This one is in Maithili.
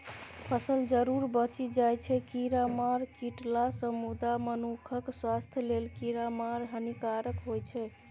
फसल जरुर बचि जाइ छै कीरामार छीटलासँ मुदा मनुखक स्वास्थ्य लेल कीरामार हानिकारक होइ छै